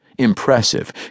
Impressive